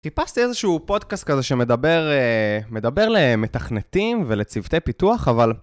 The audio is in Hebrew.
חיפשתי איזשהו פודקאסט כזה שמדבר למתכנתים ולצוותי פיתוח, אבל...